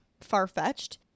far-fetched